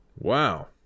Wow